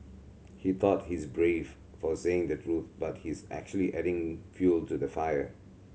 he thought he's brave for saying the truth but he's actually adding fuel to the fire